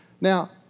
Now